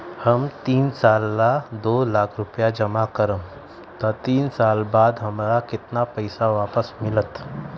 हम तीन साल ला दो लाख रूपैया जमा करम त तीन साल बाद हमरा केतना पैसा वापस मिलत?